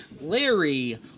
Larry